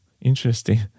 interesting